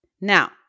Now